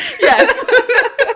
Yes